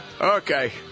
Okay